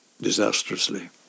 disastrously